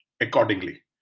accordingly